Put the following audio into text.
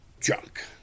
junk